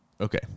Okay